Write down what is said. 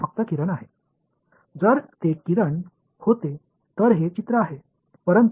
அது கதிர்கள் என்றால் இது படம் ஆனால் இது அலை படம்